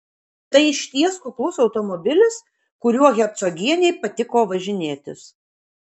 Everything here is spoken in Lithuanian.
tai išties kuklus automobilis kuriuo hercogienei patiko važinėtis